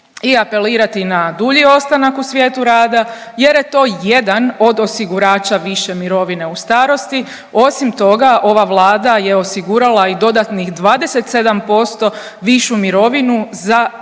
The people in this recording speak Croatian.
i apelirati na dulji ostanak u svijetu rada jer je to jedan od osigurača više mirovine u starosti, osim toga ova Vlada je osigurala i dodatnih 27% višu mirovinu za pet